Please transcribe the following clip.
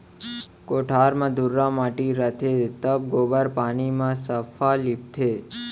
कोठार म धुर्रा माटी रथे त गोबर पानी म सफ्फा लीपथें